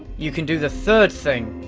you can do the third thing.